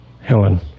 Helen